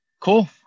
Cool